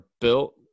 built